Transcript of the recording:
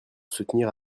soutenir